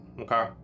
Okay